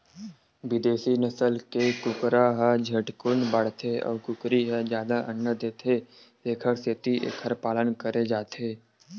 बिदेसी नसल के कुकरा ह झटकुन बाड़थे अउ कुकरी ह जादा अंडा देथे तेखर सेती एखर पालन करे जाथे